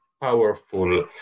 powerful